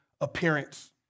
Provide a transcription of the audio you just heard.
appearance